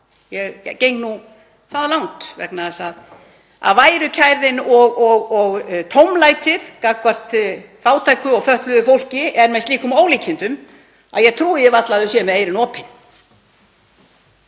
Ég geng nú svo langt vegna þess að værukærðin og tómlætið gagnvart fátæku og fötluðu fólki er með slíkum ólíkindum að ég trúi varla að þau séu með eyrun opin.